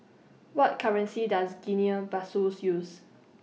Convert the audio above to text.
What currency Does Guinea Bissau use